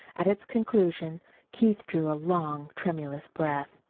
at its conclusion keith drew a long, tremulous breath.